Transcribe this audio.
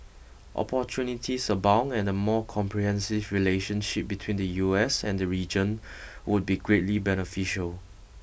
opportunities abound and a more comprehensive relationship between the U S and the region would be greatly beneficial